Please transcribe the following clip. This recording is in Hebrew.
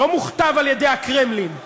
לא מוכתב על-ידי הקרמלין.